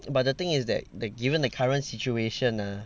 but the thing is that the given the current situation ah